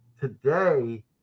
today